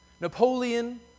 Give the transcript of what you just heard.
Napoleon